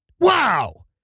Wow